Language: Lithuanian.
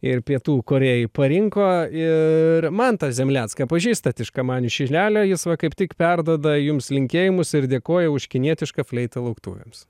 ir pietų korėjai parinko ir mantą zemlecką pažįstat iš kamanių šilelio jis va kaip tik perduoda jums linkėjimus ir dėkoja už kinietišką fleitą lauktuvėms